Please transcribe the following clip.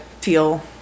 feel